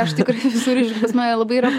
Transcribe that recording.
aš tikrai visur įžvelgiu nes mane labai yra